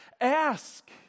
ask